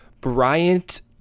Bryant